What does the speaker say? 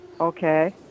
Okay